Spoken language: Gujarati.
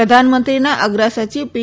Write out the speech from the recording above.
પ્રધાનમંત્રીના અગ્ર સચિવ પી